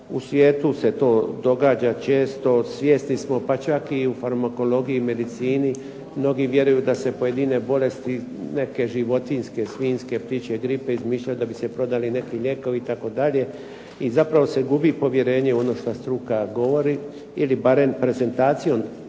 U svijetu se to događa često, svjesni smo pa čak i u farmakologiji i medicini mnogi vjeruju da se pojedine bolesti neke životinjske, svinjske, ptičje gripe izmišljaju da bi se prodali neki lijekovi itd. I zapravo se gubi povjerenje u ono što struka govori ili barem prezentacijom